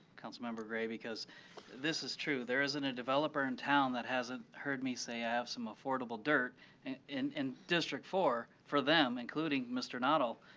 council member gray, because this is true. there isn't developer in town that hasn't heard me say i have some affordable dirt and in in district four for them, including mr. noddle,